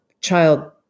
child